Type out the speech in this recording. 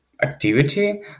Activity